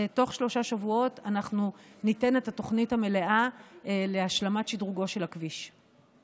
תוך שלושה שבועות אנחנו ניתן את התוכנית המלאה להשלמת שדרוגו של הכביש.